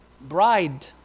bride